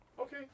okay